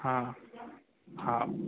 हाँ हाँ